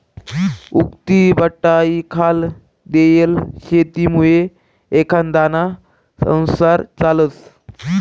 उक्तीबटाईखाल देयेल शेतीमुये एखांदाना संसार चालस